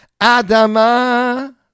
Adama